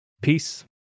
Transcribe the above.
Peace